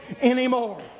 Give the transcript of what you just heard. anymore